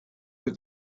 with